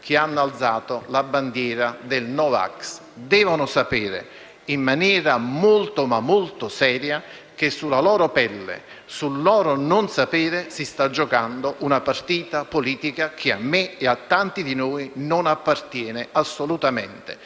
che hanno alzato la bandiera del no vax. Queste persone devono sapere in maniera molto, ma molto seria che sulla loro pelle e sul loro non sapere si sta giocando una partita politica che a me e tanti di noi non appartiene assolutamente.